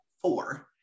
four